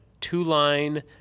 two-line